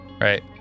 right